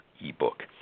ebook